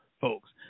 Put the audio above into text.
folks